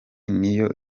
niyo